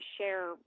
share